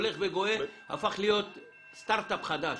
הפך להיות סטרטאפ חדש.